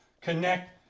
connect